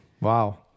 Wow